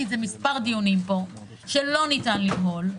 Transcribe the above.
את זה מספר דיונים שלא ניתן למהול,